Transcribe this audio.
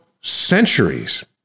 centuries